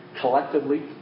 Collectively